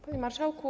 Panie Marszałku!